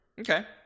Okay